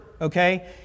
okay